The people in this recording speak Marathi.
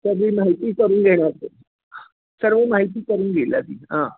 सगळी माहिती करून घेणार तर सर्व माहिती करून दिला मी हां